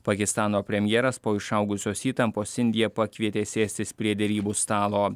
pakistano premjeras po išaugusios įtampos indiją pakvietė sėstis prie derybų stalo